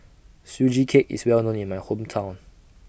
Sugee Cake IS Well known in My Hometown